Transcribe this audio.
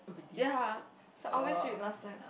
ya I always read last time